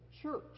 church